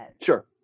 sure